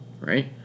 right